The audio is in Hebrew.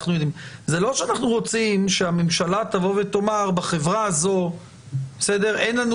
זה לא שאנחנו רוצים שהממשלה תאמר שבחברה הזו אין לנו